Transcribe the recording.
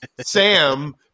Sam